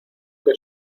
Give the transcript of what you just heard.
que